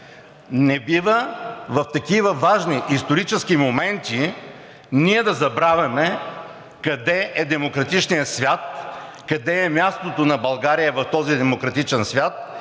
Не бива в такива важни исторически моменти ние да забравяме къде е демократичният свят, къде е мястото на България в този демократичен свят.